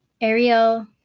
Ariel